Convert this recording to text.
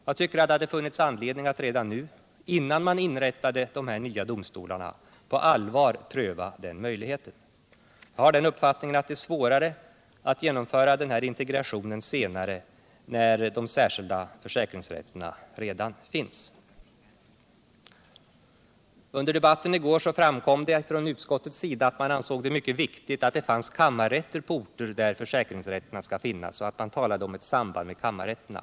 Jag tycker att det hade funnits anledning att redan nu, innan man inrättade de nya domstolarna, på allvar pröva den möjligheten. Jag har den uppfattningen att det är svårare att genomföra denna integration senare, när de särskilda försäkringsrätterna redan finns. Under debatten i går framkom från utskottets sida att man ansåg det mycket viktigt att det finns kammarrätter på orter där försäkringsrätterna skall finnas. Man talade då om något slags samband med kammarrätterna.